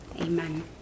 Amen